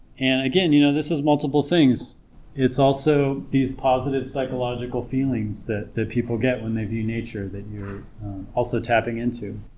and again you know this is multiple things it's also these positive psychological feelings that that people get when they view nature that you're also tapping into,